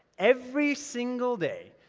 every single day,